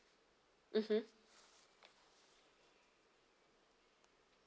mmhmm